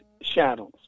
shadows